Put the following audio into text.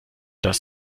das